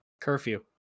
curfew